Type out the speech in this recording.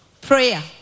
Prayer